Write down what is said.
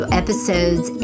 episodes